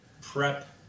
prep